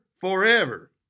forever